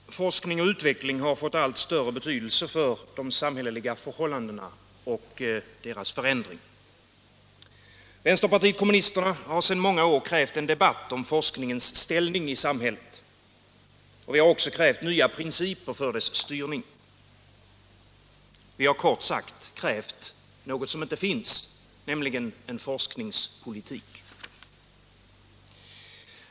Herr talman! Forskning och utveckling har fått allt större betydelse för de samhälleliga förhållandena och deras förändring. Vänsterpartiet kommunisterna har sedan många år tillbaka krävt en debatt om forskningens ställning i samhället, och vi har också krävt nya principer för dess styrning. Vi har kort sagt krävt någonting som inte finns, nämligen en forskningspolitik.